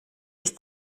ist